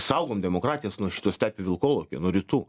saugom demokratijas nuo šito stepių vilkolakio nuo rytų